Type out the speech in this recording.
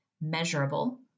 Measurable